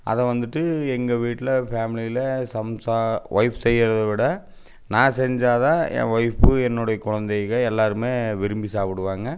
அதை வந்துட்டு எங்கள் வீட்டில் ஃபேமிலியில் சம்சா ஒய்ஃப் செய்கிறத விட நான் செஞ்சால் தான் என் ஒய்ஃபு என்னோட குழந்தைக எல்லாேருமே விரும்பி சாப்பிடுவாங்க